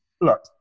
look